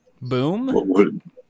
Boom